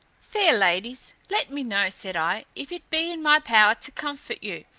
fair ladies, let me know, said i, if it be in my power to comfort you,